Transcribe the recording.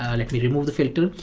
ah let me remove the filter.